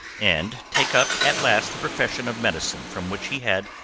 and take up at last the profession of medicine from which he had,